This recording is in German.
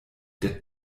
der